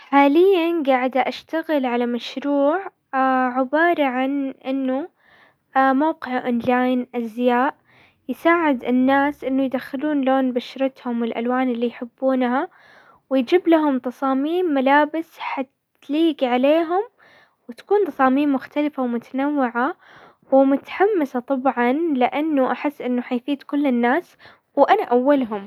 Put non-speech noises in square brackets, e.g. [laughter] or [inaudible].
حاليا قاعدة اشتغل على مشروع [hesitation] عبارة عن انه [hesitation] موقع ديزاين ازياء يساعد الناس انه يدخلون لون بشرتهم والالوان اللي يحبونها، ويجيب لهم تصاميم ملابس عليهم، وتكون تصاميم مختلفة ومتنوعة ومتحمسة طبعا لانه احس انه حيفيد كل الناس وانا اولهم.